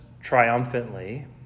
triumphantly